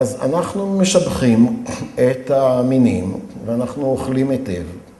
‫אז אנחנו משבחים את המינים ‫ואנחנו אוכלים היטב.